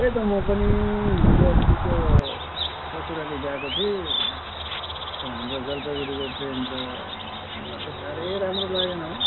त्यही त म पनि हिजो अस्ति त्यो ससुराली गएको थिएँ हाम्रो जलपाइगुडीको ट्रेन त खै मलाई त साह्रै राम्रो लागेन हौ